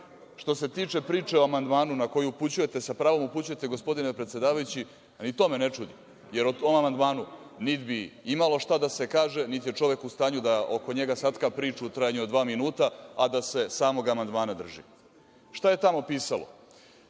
se tiče priče o amandmanu na koju upućujete, sa pravom upućujete, gospodine predsedavajući, a ni to me ne čudi, jer o tom amandmanu niti bi imalo šta da se kaže, niti je čovek u stanju da oko njega satka priču u trajanju od dva minuta, a da se samog amandmana drži. Šta je tamo pisalo?